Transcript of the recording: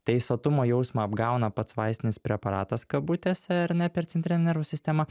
tai sotumo jausmą apgauna pats vaistinis preparatas kabutėse ar ne per centrinę nervų sistemą